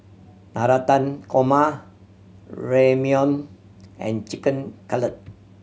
Navratan Korma Ramyeon and Chicken Cutlet